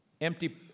empty